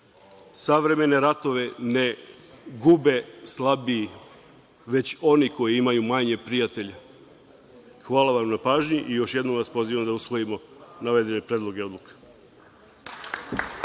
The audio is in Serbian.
savremene ratove ne gube slabiji, već oni koji imaju manje prijatelja. Hvala vam na pažnji i još jednom vas pozivam da usvojimo navedene predloge odluka.